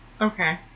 Okay